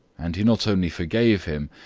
and he not only forgave him,